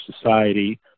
society